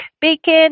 bacon